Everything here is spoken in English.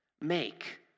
make